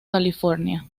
california